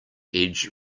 edge